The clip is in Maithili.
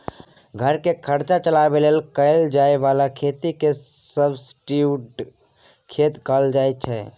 घर केर खर्चा चलाबे लेल कएल जाए बला खेती केँ सब्सटीट्युट खेती कहल जाइ छै